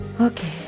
Okay